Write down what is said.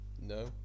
No